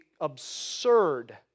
absurd